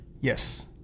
Yes